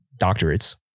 doctorates